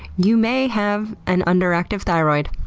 you may have an underactive thyroid.